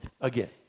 again